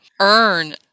earn